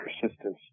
persistence